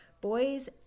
Boys